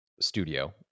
studio